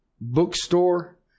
bookstore